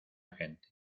gente